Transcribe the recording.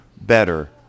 better